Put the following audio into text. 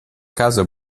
casa